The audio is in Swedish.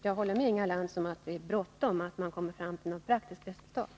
Jag håller med Inga Lantz om att det brådskar med att komma fram till något praktiskt resultat.